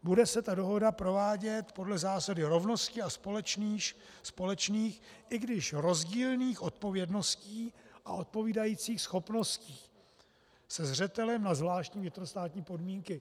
Bude se ta dohoda provádět podle zásady rovnosti a společných, i když rozdílných odpovědností a odpovídajících schopností se zřetelem na zvláštní vnitrostátní podmínky.